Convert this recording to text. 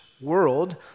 world